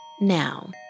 Now